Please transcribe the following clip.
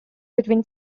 between